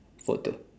photo